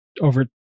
over